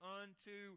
unto